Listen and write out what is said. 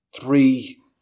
three